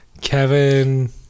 Kevin